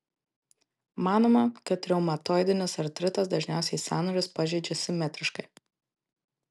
manoma kad reumatoidinis artritas dažniausiai sąnarius pažeidžia simetriškai